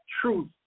truth